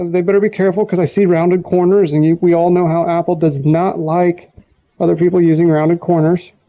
they better be careful coz i see rounded corners and yeah we all know how apple does not like other people using rounded corners